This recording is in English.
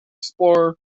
explorer